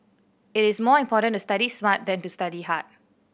it is more important to study smart than to study hard